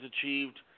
achieved